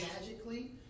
magically